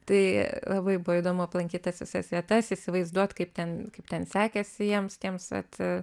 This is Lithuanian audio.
tai labai buvo įdomu aplankyt tas visas vietas įsivaizduot kaip ten kaip ten sekėsi jiems tiems vat